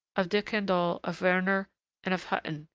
of decandolle, of werner and of hutton,